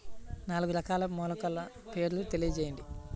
నాలుగు రకాల మొలకల పేర్లు తెలియజేయండి?